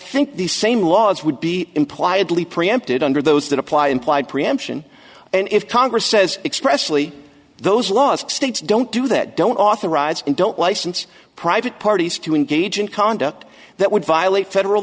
think the same laws would be implied lee preempted under those that apply implied preemption and if congress says expressly those laws states don't do that don't authorize and don't license private parties to engage in conduct that would violate federal